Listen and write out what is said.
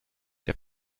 der